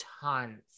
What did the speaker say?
Tons